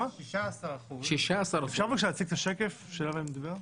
16%. אפשר להציג את השקף שעליו אני מדבר?